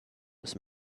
this